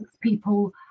people